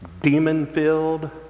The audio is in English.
demon-filled